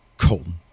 Colton